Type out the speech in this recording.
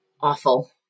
Awful